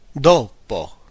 dopo